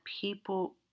people